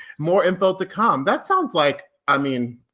more info to come, that sounds like, i mean,